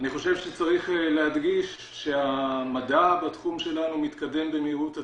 אני חושב שצריך להדגיש שהמדע בתחום שלנו מתקדם במהירות עצומה.